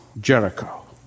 Jericho